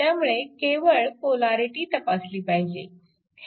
त्यामुळे केवळ पोलॅरिटी तपासली पाहिजे